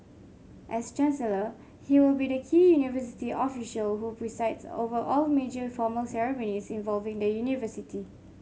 as chancellor he will be the key university official who presides over all major formal ceremonies involving the university